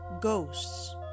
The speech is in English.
Ghosts